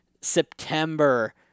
September